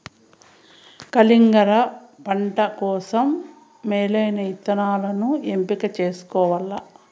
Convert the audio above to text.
కలింగర పంట కోసం మేలైన ఇత్తనాలను ఎంపిక చేసుకోవల్ల